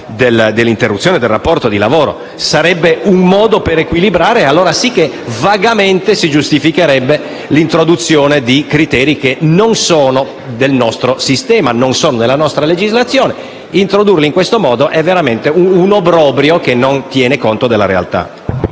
dell'interruzione del rapporto di lavoro. Sarebbe un modo per equilibrare; allora sì che vagamente si giustificherebbe l'introduzione di criteri che non sono del nostro sistema e della nostra legislazione. Introdurli in questo modo è veramente un obbrobrio che non tiene conto della realtà.